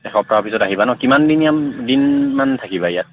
এসপ্তাহৰ পিছত আহিবা ন কিমান দিনমান দিনমান থাকিবা ইয়াত